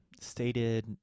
stated